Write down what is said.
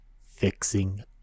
fixing